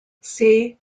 see